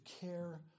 care